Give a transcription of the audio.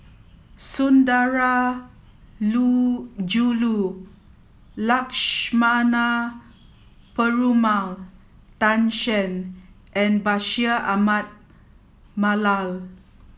Lakshmana Perumal Tan Shen and Bashir Ahmad Mallal